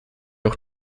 auch